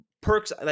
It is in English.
perks